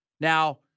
Now